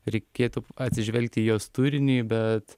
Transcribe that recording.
reikėtų atsižvelgt į jos turinį bet